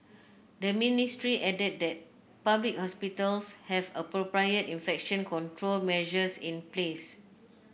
the ministry added that public hospitals have appropriate infection control measures in place